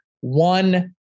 one